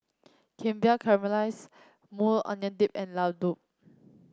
Kimbap Caramelized Maui Onion Dip and Ladoo